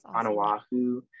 Oahu